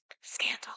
Scandal